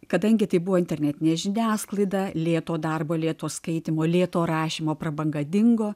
kadangi tai buvo internetinė žiniasklaida lėto darbo lėto skaitymo lėto rašymo prabanga dingo